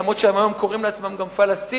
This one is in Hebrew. אף-על-פי שהם היום קוראים לעצמם גם פלסטינים,